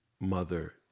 mother